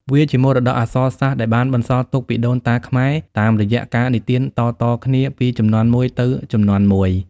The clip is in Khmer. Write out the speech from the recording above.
វាជាមរតកអក្សរសាស្ត្រដែលបានបន្សល់ទុកពីដូនតាខ្មែរតាមរយៈការនិទានតៗគ្នាពីជំនាន់មួយទៅជំនាន់មួយ។